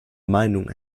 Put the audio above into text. meinung